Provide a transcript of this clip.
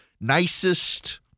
nicest